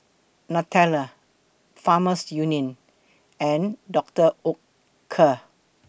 Nutella Farmers Union and Dr Oetker